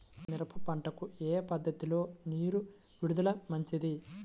మిరప పంటకు ఏ పద్ధతిలో నీరు విడుదల మంచిది?